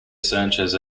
sanchez